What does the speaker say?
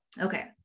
Okay